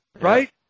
right